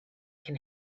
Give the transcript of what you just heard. can